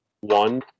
one